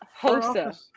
Hosa